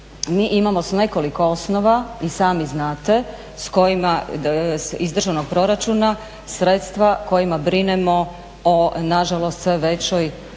mi imamo s nekoliko osnova i sami znate s kojima iz državnog proračuna sredstva kojima brinemo o nažalost sve većoj